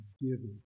giving